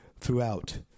throughout